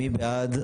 מי בעד?